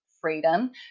freedom